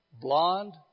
Blonde